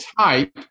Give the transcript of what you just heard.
type